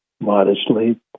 modestly